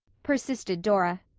persisted dora.